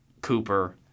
Cooper